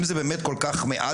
אם זה באמת כל כך מעט,